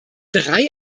drei